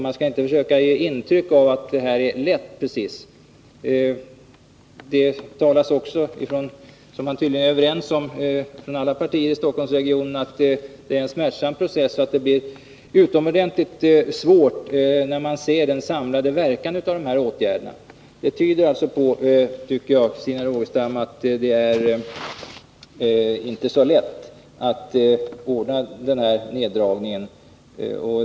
Man skall inte försöka ge intryck av att det är fråga om någon lätt procedur. Alla partier inom Stockholmsregionen är tydligen överens om att det blir en smärtsam process och att de samlade verkningarna av dessa åtgärder blir utomordentligt svåra. Detta tyder, Christina Rogestam, på att det inte är så lätt att genomföra neddragningen.